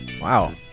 Wow